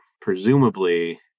presumably